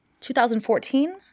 2014